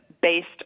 based